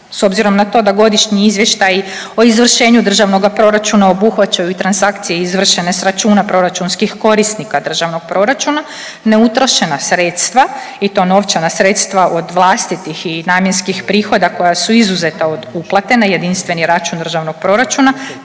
S obzirom na to godišnji izvještaji o izvršenju državnoga proračuna obuhvaćaju i transakcije izvršene s računa proračunskih korisnika državnog proračuna neutrošena sredstva i to novčana sredstva od vlastitih i namjenskih prihoda koja su izuzeta od uplate na jedinstveni račun državnog proračuna